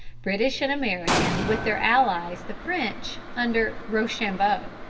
british and american with their allies the french under rochambeau.